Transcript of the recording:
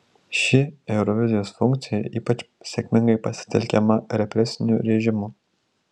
ši eurovizijos funkcija ypač sėkmingai pasitelkiama represinių režimų